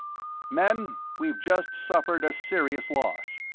men, we've just suffered a serious loss.